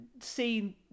seen